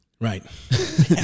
Right